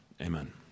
Amen